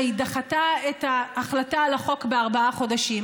היא דחתה את ההחלטה על החוק בארבעה חודשים.